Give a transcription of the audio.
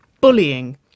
bullying